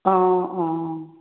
অঁ অঁ